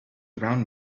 around